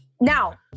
Now